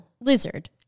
Lizard